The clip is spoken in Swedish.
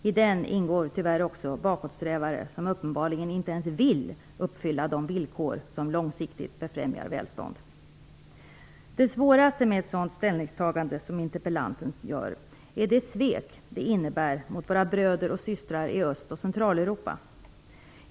I den verkligheten ingår tyvärr också bakåtsträvare som uppenbarligen inte ens vill uppfylla de villkor som långsiktigt befrämjar välstånd. Det svåraste med ett sådant ställningstagande som interpellanten gör är det svek det innebär mot våra bröder och systrar i Öst och Centraleuropa.